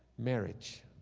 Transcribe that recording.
marriage.